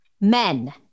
men